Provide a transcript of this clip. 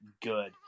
good